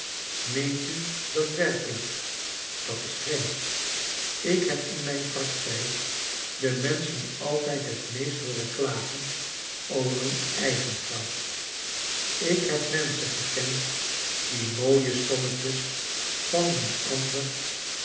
meent u dat werkelijk dat is vreemd ik heb in mijn praktijk de mensohen altijd het meest hoorcn klagen over hun eigen geld ik heb menschen gekend die mooie sommetjes van een ander